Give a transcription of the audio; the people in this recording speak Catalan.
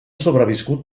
sobreviscut